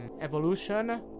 evolution